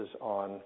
on